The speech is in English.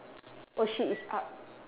oh shit it's up